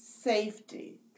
safety